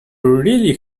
really